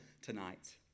tonight